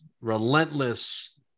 relentless